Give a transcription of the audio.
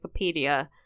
Wikipedia